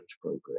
program